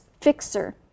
fixer